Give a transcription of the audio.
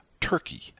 Turkey